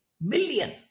million